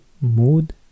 Mood